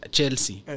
Chelsea